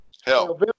Hell